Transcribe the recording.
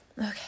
Okay